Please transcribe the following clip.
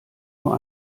nur